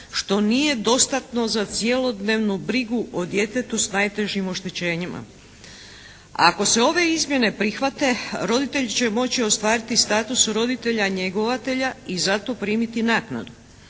što nije dostatno za cjelodnevnu brigu o djetetu s najtežim oštećenjima. Ako se ove izmjene prihvate roditelji će moći ostvariti status roditelja njegovatelja i za to primiti naknadu.